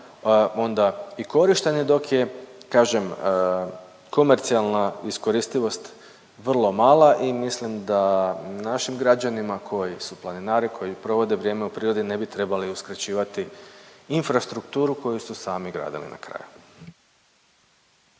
onda i korištene dok je kažem komercijalna iskoristivost vrlo mala i mislim da našim građanima koji su planinari koji provode vrijeme u prirodi ne bi trebali uskraćivati infrastrukturu koju su sami gradili na kraju.